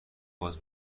باز